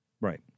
Right